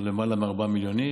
עם למעלה מ-4 מיליון איש,